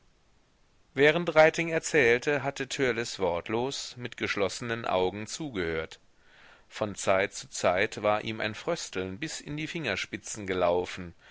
während reiting erzählte hatte törleß wortlos mit geschlossenen augen zugehört von zeit zu zeit war ihm ein frösteln bis in die fingerspitzen gelaufen